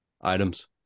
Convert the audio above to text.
items